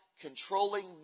controlling